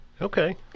Okay